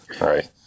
right